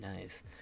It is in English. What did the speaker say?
nice